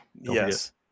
Yes